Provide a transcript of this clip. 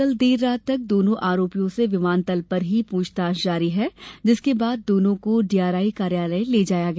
कल देर रात तक दोनों आरोपियों से विमानतल पर ही पूछताछ जारी रही जिसके बाद दोनों को डीआरआई कार्यालय ले जाया गया